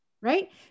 right